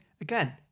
again